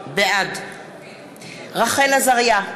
בעד רחל עזריה,